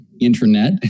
internet